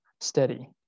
steady